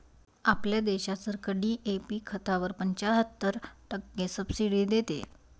आपल्या देशात सरकार डी.ए.पी खतावर पंच्याहत्तर टक्के सब्सिडी देते